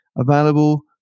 available